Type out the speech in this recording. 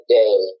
day